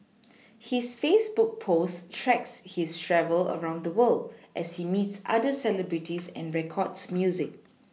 his Facebook posts track his travels around the world as he meets other celebrities and records music